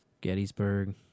Gettysburg